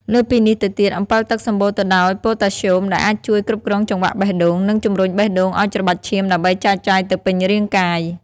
លើសពីនេះទៅទៀត អម្ពិលទឹកសម្បូរទៅដោយប៉ូតាស្យូមដែលអាចជួយគ្រប់គ្រងចង្វាក់បេះដូង និងជំរុញបេះដូងឱ្យច្របាច់ឈាមដើម្បីចែកចាយទៅពេញរាងកាយ។